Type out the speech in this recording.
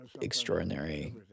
extraordinary